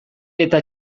eta